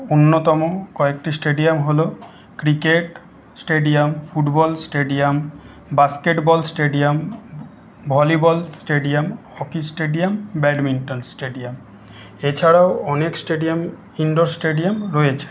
অন্যতম কয়েকটি স্টেডিয়াম হল cricket stadium football stadium basketball stadium volleyball stadium hockey stadium badminton stadium এছাড়াও অনেক স্টেডিয়াম ইন্ডোর স্টেডিয়াম রয়েছে